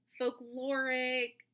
folkloric